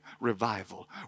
revival